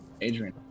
Adrian